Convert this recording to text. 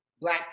black